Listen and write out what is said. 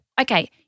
okay